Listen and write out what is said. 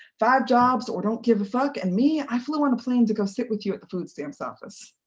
five jobs or don't give a fuck, and me, i flew on a plane to go sit with you at the food stamps office.